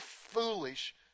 foolish